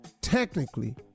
technically